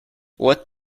what